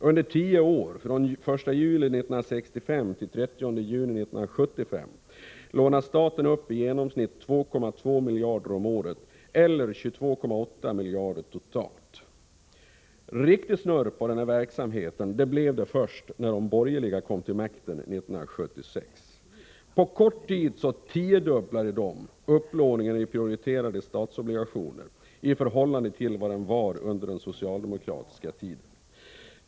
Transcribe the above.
Under tio år, från den 1 juli 1965 till den 30 juni 1975, lånade staten upp i genomsnitt 2,2 miljarder om året eller 22,8 miljarder totalt. Riktig snurr på den här verksamheten blev det först när de borgerliga kom till makten 1976. På kort tid tiodubblade de upplåningen i prioriterade statsobligationer i förhållande till vad den var under den socialdemokratiska tiden.